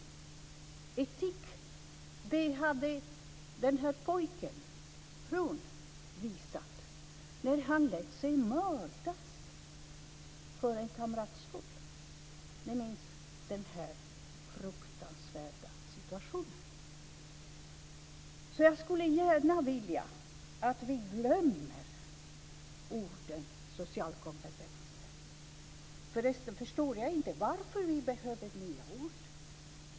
Etik visade pojken John Hron när han lät sig mördas för en kamrats skull - ni minns den fruktansvärda händelsen. Jag skulle gärna vilja att vi glömmer orden social kompetens. Förresten förstår jag inte varför vi behöver nya ord.